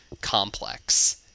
complex